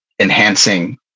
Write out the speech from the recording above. enhancing